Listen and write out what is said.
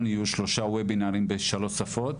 האחרון, יהיו שלושה וובינאר בשלוש שפות,